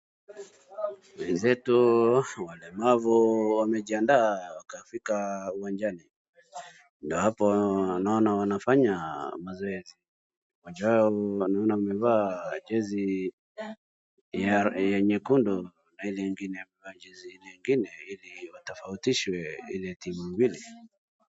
Wenzetu walemavu wamejianda wakafika uwanjani na hapa naona wanafanya mazoezi. Mmoja wao naona amevaa jezi nyekundu na yule mwingine amevaa jezi nyingine ili iwatofautishe zile timu mbili.